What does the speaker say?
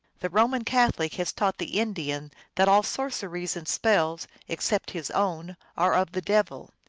the roman catholic has taught the indian that all sorceries and spells except his own are of the devil.